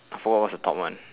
I forgot what's the top one